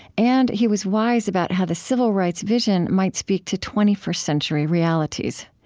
and he was wise about how the civil rights vision might speak to twenty first century realities.